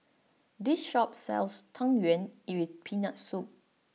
this shop sells Tang Yuen with Peanut Soup